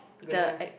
goodness